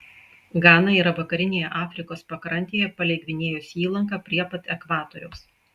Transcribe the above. gana yra vakarinėje afrikos pakrantėje palei gvinėjos įlanką prie pat ekvatoriaus